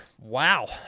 Wow